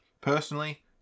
personally